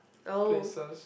places